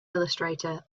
illustrator